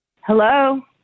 Hello